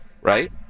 right